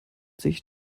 sich